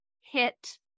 hit